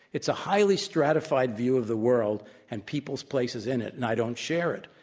it's a highly stratified view of the world and people's places in it, and i don't share it.